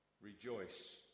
rejoice